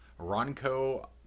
Ronco